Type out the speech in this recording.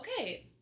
okay